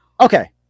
Okay